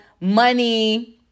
money